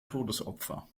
todesopfer